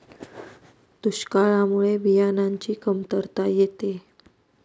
दुष्काळामुळे बियाणांची कमतरता येते